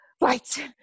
right